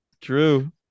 True